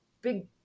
big